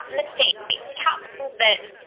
mistakes capsule then.